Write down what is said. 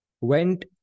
went